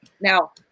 Now